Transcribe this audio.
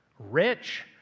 rich